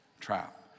trap